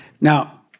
Now